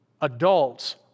adults